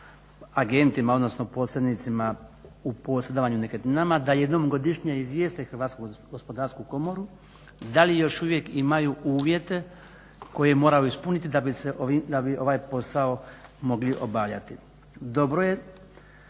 agentima odnosno posrednicima u posredovanju nekretninama da jednom godišnje izvijeste Hrvatsku gospodarsku komoru da li još uvijek imaju uvjete koje moraju ispuniti da bi ovaj posao mogli obavljati. Dobro je,